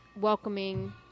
welcoming